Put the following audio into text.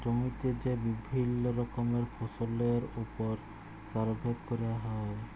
জমিতে যে বিভিল্য রকমের ফসলের ওপর সার্ভে ক্যরা হ্যয়